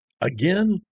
Again